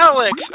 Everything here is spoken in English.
Alex